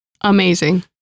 amazing